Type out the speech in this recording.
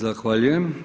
Zahvaljujem.